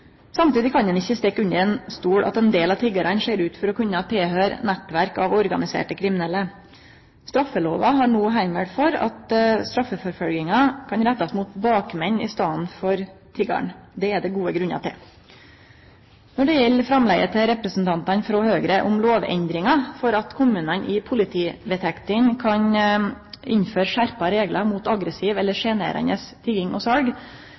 Samtidig kan ein ikkje stikke under stol at ein del av tiggarane ser ut til å tilhøyre nettverk av organiserte kriminelle. Straffelova har no heimel for at straffeforfølginga kan rettast mot bakmenn i staden for mot tiggaren. Det er det gode grunnar til. Når det gjeld framlegget til representantane frå Høgre, om lovendringar for at kommunane i politivedtektene kan innføre skjerpa reglar mot aggressiv eller sjenerande tigging og